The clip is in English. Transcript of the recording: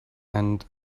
and